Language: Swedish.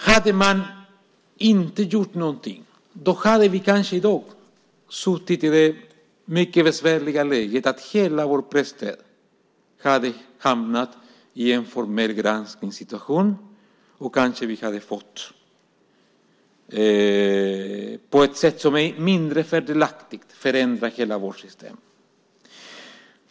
Hade man inte gjort någonting hade vi kanske i dag suttit i det mycket besvärliga läget att hela vårt presstöd hade hamnat i en formell granskningssituation. Vi hade kanske på ett sätt som varit mindre fördelaktigt fått förändra hela vårt system.